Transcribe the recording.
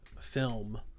film